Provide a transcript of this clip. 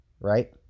right